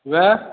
हॅं